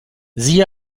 siehe